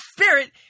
Spirit